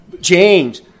James